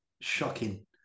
Shocking